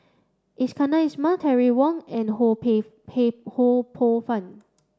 Iskandar Ismail Terry Wong and Ho Pay Pay Ho Poh Fun